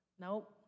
Nope